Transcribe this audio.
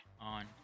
on